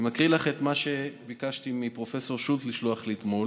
אני מקריא לך את מה שביקשתי מפרופ' שולט לשלוח לי אתמול